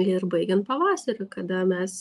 ir baigiant pavasariu kada mes